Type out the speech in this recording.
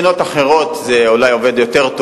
מדברים כאן על תלמידים, על נערים ונערות, על ילדים